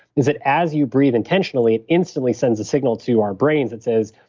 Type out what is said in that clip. is it, as you breathe intentionally, it instantly sends a signal to our brains that says,